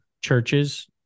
churches